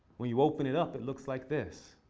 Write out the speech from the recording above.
when you open it up it looks like this.